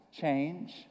change